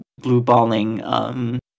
blue-balling